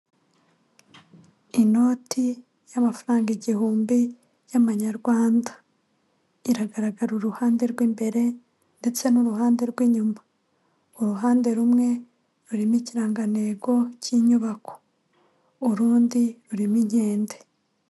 Inoti y'amafaranga igihumbi y'amanyarwanda, iragaragara uruhande rw'imbere, ndetse n'uruhande rw'inyuma, uruhande rumwe rurimo ikirangantego cy'inyubako, urundi rurimo inkende.